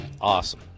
Awesome